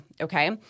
Okay